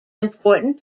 important